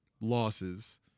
losses